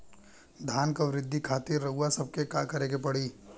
धान क वृद्धि खातिर रउआ सबके का करे के पड़ी?